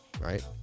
right